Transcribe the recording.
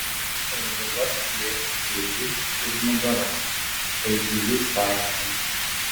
o dabar slėpk kirvį už nugaros eigulys vaikšto